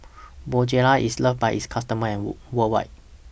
Bonjela IS loved By its customers and worldwide